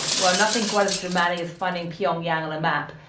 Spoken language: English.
well, nothing quite as dramatic as finding pyongyang on a map.